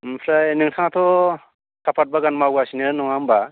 ओमफ्राय नोंथाङाथ' साहाफात बागान मावगासिनो नङा होमबा